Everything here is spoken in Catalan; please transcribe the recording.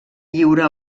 lliure